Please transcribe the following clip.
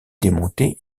démonté